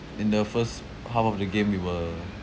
in the first half of the game we were